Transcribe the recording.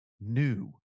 new